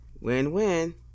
win-win